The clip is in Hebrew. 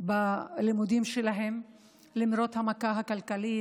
בלימודים שלהם למרות המכה הכלכלית,